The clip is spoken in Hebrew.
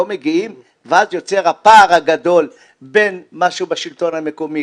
לא מגיעים ואז נוצר הפער הגדול בין מה שהוא בשלטון המקומי,